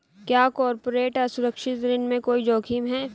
क्या कॉर्पोरेट असुरक्षित ऋण में कोई जोखिम है?